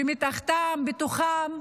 שמתחתם, בתוכם,